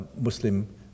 Muslim